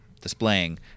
displaying